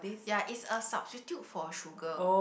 ya it's a substitute for sugar